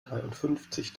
dreiundfünfzig